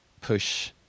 push